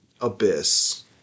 abyss